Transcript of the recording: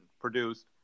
produced